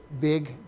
big